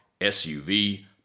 SUV